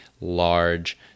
large